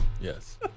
Yes